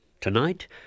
Tonight